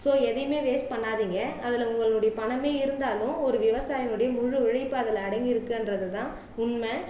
so எதையுமே waste பண்ணாதீங்க அதில் உங்களுடைய பணமே இருந்தாலும் ஒரு விவசாயினுடைய முழு உழைப்பு அதில் அடங்கி இருக்குன்றதுதான் உண்மை